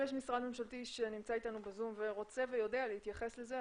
יש משרד ממשלתי שנמצא איתנו בזום ורוצה ויודע להתייחס לזה,